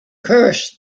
curse